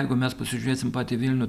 jeigu mes pasižiūrėsim patį vilnių